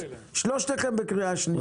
שלושתכם בקריאה שנייה,